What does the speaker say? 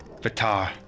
Vatar